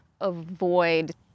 avoid